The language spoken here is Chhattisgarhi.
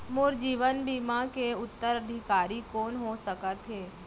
मोर जीवन बीमा के उत्तराधिकारी कोन सकत हे?